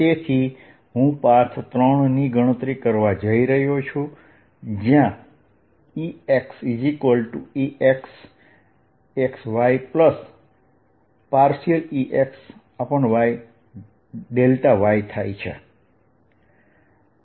તેથી હું પાથ 3 ની ગણતરી કરવા જઇ રહ્યો છું જયાં ExExxyEx∂yy છે